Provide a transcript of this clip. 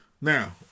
Now